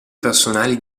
personali